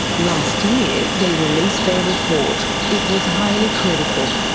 last year, they released their report. it was highly critical.